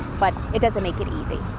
but it doesn't make it.